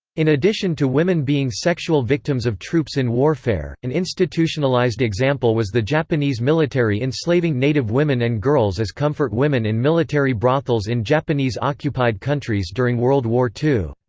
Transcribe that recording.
in addition to women being sexual victims of troops in warfare, an institutionalized example was the japanese military enslaving native women and girls as comfort women in military brothels in japanese-occupied countries during world war ii.